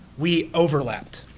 we overlapped.